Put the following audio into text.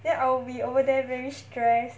then I'll be over there very stress